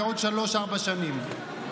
בעוד שלוש-ארבע שנים.